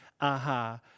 aha